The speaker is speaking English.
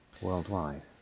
worldwide